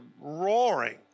roaring